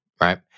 right